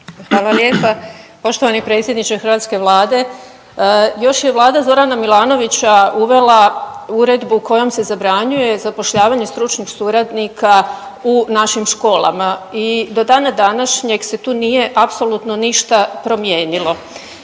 Hvala lijepa. Poštovani predsjedniče hrvatske Vlade. Još je Vlada Zorana Milanovića uvela uredbu kojom se zabranjuje zapošljavanje stručnih suradnika u našim školama i do dana današnjeg se tu nije apsolutno ništa promijenilo.